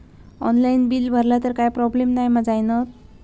Online bill भरला तर काय प्रोब्लेम नाय मा जाईनत?